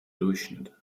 durchschnitt